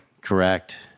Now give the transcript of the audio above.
Correct